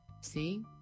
See